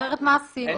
אחרת מה עשינו.